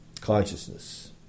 consciousness